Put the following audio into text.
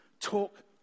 talk